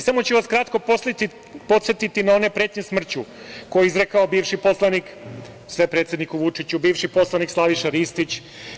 Samo ću vas kratko podsetiti na one pretnje smrću koje je izrekao bivši poslanik, sve predsedniku Vučiću, bivši poslanik Slaviša Ristić.